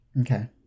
Okay